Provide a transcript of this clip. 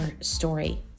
story